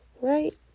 Right